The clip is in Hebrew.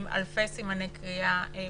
עם אלפי סימני קריאה.